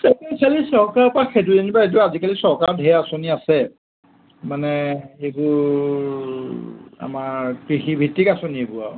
চৰকাৰৰ পৰা সেইটো যেনিবা এইটো আজিকালি চৰকাৰৰ ধেৰ আঁচনি আছে মানে এইবোৰ আমাৰ কৃষিভিত্তিক আঁচনি এইবোৰ আৰু